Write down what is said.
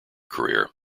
career